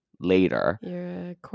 later